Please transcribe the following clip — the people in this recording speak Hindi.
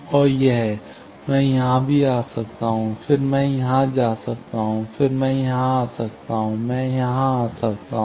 और यह मैं यहां भी आ सकता हूं फिर मैं यहां जा सकता हूं फिर मैं यहां आ सकता हूं मैं यहां आ सकता हूं